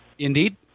Indeed